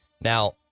Now